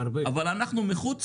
אבל אנחנו מחוץ